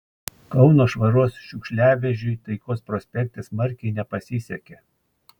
kauno švaros šiukšliavežiui taikos prospekte smarkiai nepasisekė